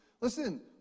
Listen